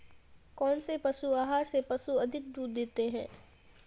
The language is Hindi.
कौनसे पशु आहार से पशु अधिक दूध देते हैं?